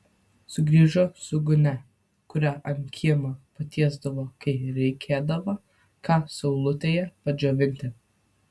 sugrįžo su gūnia kurią ant kiemo patiesdavo kai reikėdavo ką saulutėje padžiovinti